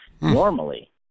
normally